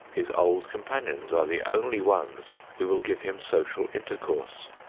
his old companions are the only ones who will give him social intercourse,